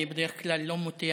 אני בדרך כלל לא מותח